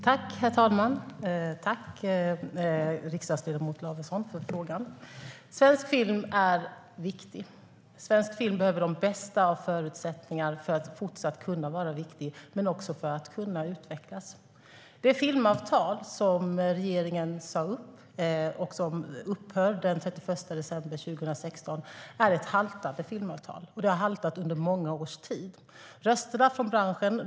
Herr talman! Jag tackar riksdagsledamot Lavesson för frågan. Svensk film är viktig. Svensk film behöver de bästa förutsättningarna för att kunna fortsätta att vara viktig men också för att kunna utvecklas. Det filmavtal som regeringen sa upp och som upphör den 31 december 2016 är ett haltande filmavtal. Det har haltat under många års tid.